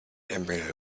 embryo